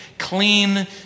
Clean